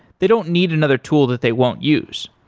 they don't need another tool that they won't use.